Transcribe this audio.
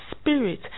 spirit